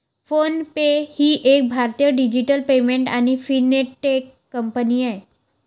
phone पे ही एक भारतीय डिजिटल पेमेंट आणि फिनटेक कंपनी आहे